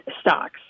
stocks